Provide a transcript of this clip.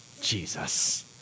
Jesus